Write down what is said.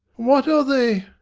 what are they?